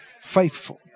faithful